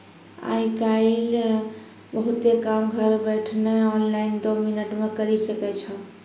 आय काइल बहुते काम घर बैठलो ऑनलाइन दो मिनट मे करी सकै छो